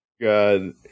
God